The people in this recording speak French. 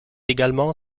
également